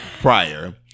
prior